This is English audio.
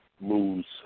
moves